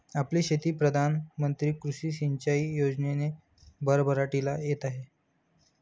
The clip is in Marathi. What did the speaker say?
आपली शेती प्रधान मंत्री कृषी सिंचाई योजनेने भरभराटीला येत आहे